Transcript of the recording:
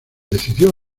decidió